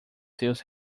seus